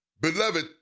Beloved